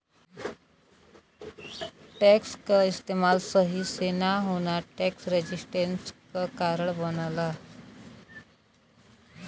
tax क इस्तेमाल सही से न होना टैक्स रेजिस्टेंस क कारण बनला